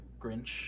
Grinch